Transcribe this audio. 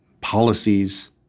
policies